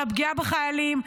על הפגיעה בחיילים,